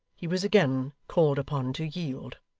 he was again called upon to yield.